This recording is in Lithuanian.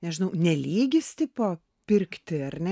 nežinau ne lygis tipo pirkti ar ne